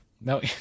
No